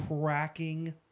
cracking